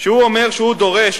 כשהוא אומר ודורש,